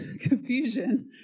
confusion